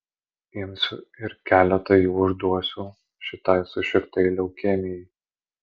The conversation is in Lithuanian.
imsiu ir keletą jų užduosiu šitai sušiktai leukemijai